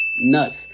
nuts